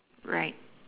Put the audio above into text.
right